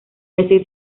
decir